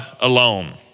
alone